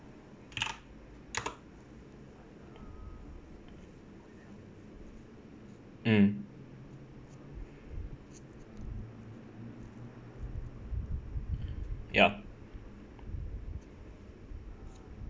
mm yup